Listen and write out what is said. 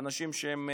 אנשים שהם